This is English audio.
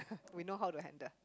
we know how to handle